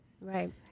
Right